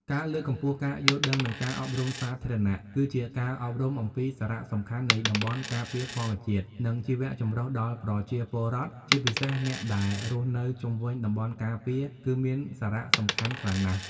ការលើកកម្ពស់ការយល់ដឹង និងការអប់រំសាធារណៈ គឺជាការអប់រំអំពីសារៈសំខាន់នៃតំបន់ការពារធម្មជាតិ និងជីវៈចម្រុះដល់ប្រជាពលរដ្ឋ ជាពិសេសអ្នកដែលរស់នៅជុំវិញតំបន់ការពារ គឺមានសារៈសំខាន់ខ្លាំងណាស់។